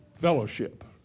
fellowship